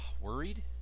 Worried